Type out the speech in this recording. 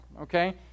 okay